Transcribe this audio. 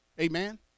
amen